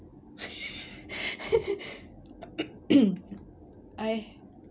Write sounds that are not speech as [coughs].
[laughs] [coughs] I